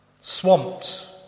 swamped